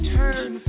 turn